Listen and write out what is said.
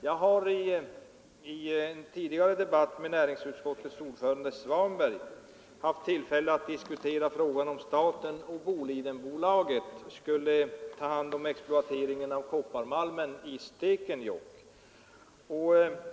Jag har i en tidigare debatt med näringsutskottets ordförande herr Svanberg haft tillfälle att diskutera huruvida staten eller Bolidenbolaget skulle ta hand om exploateringen av kopparmalmen i Stekenjokk.